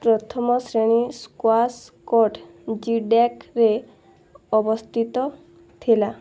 ପ୍ରଥମ ଶ୍ରେଣୀ squash court G ଡେକରେ ଅବସ୍ଥିତ ଥିଲା